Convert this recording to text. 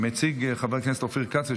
מציג חבר הכנסת אופיר כץ,